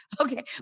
Okay